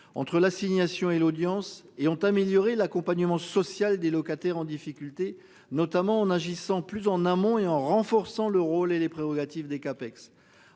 entre l'assignation et l'audience et ont amélioré l'accompagnement social des locataires en difficulté notamment en agissant plus en amont et en renforçant le rôle et les prérogatives des CAPEX